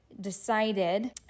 decided